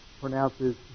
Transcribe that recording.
pronounces